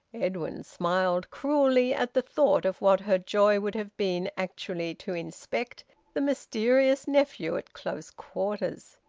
edwin smiled cruelly at the thought of what her joy would have been actually to inspect the mysterious nephew at close quarters,